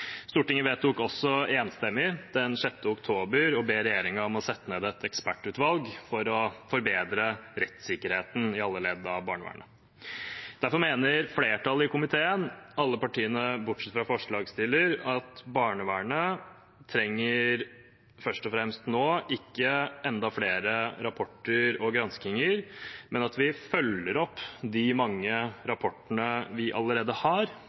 Stortinget vedtok også enstemmig den 6. oktober å be regjeringen om å sette ned et ekspertutvalg for å forbedre rettssikkerheten i alle ledd av barnevernet. Derfor mener flertallet i komiteen, alle partiene bortsett fra forslagsstillernes, at barnevernet nå ikke først og fremst trenger enda flere rapporter og granskinger, men at vi følger opp de mange rapportene vi allerede har,